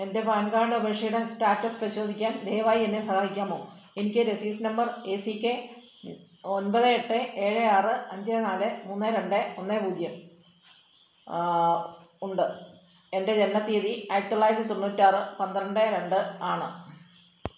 എൻ്റെ PAN card അപേഷയുടെ status പരിശോധിക്കാൻ ദയവായി എന്നെ സഹായിക്കാമോ എനിക്ക് receipt number A C K ഒൻപത് എട്ട് ഏഴ് ആറ് അഞ്ച് നാല് മൂന്ന് രണ്ട് ഒന്ന് പൂജ്യം ഉണ്ട് എൻ്റെ ജനനത്തീയതി ആയിരത്തിത്തൊള്ളായിരത്തി തൊണ്ണൂറ്റാറ് പന്ത്രണ്ട് രണ്ട് ആണ്